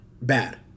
bad